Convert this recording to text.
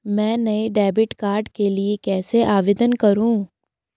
मैं नए debit card के लिए कैसे आवेदन करूं?